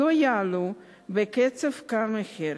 לא יעלו בקצב כה מהיר.